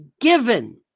given